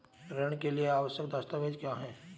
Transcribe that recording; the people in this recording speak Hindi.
ऋण के लिए आवश्यक दस्तावेज क्या हैं?